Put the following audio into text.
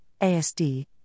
ASD